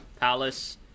Palace